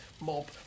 mob